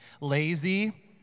Lazy